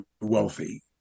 wealthy